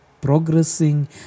Progressing